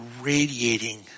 radiating